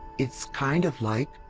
it's kind of like.